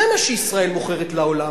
זה מה שישראל מוכרת לעולם.